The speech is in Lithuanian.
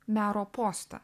mero postą